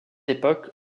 époque